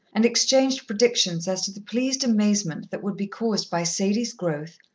and exchanged predictions as to the pleased amazement that would be caused by sadie's growth,